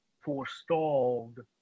forestalled